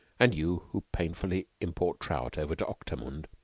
and you who painfully import trout over to octamund,